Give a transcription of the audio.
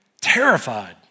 Terrified